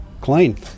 clean